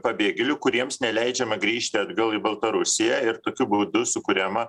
pabėgėlių kuriems neleidžiama grįžti atgal į baltarusiją ir tokiu būdu sukuriama